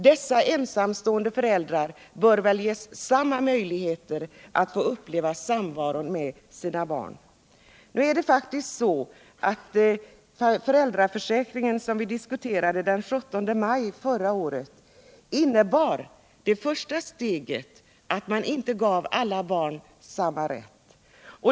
Dessa ensamstående föräldrar bör väl ges samma möjligheter att uppleva samvaron med sina barn. Föräldraförsäkringen som vi diskuterade den 17 maj förra året innebar det första steget till att man inte gav alla barn samma rätt.